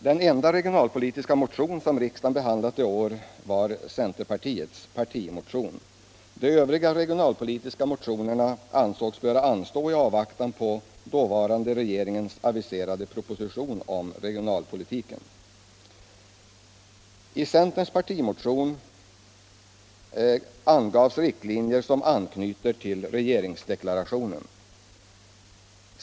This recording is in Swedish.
Den enda regionalpolitiska motion som riksdagen behandlat i år är centerns partimotion. Behandlingen av de övriga regionalpolitiska motionerna ansågs böra anstå i avvaktan på dåvarande regeringens aviserade proposition om regionalpolitiken. I centerns partimotion angavs riktlinjer som anknyter till regeringsdeklarationen.